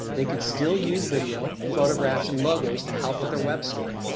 they could still use video, photographs and logos to help with their web story.